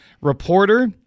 reporter